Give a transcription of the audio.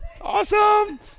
Awesome